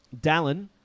Dallin